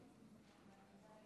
הצעת החוק של חברת הכנסת טטיאנה